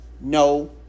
No